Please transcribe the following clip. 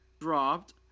dropped